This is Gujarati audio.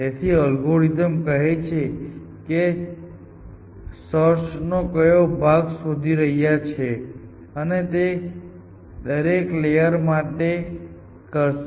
તેથી તે અલ્ગોરિથમ ને કહે છે કે સર્ચ નો કયો ભાગ શોધી રહ્યો છે અને તે દરેક લેયર માટે કરશે